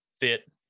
fit